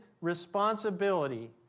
responsibility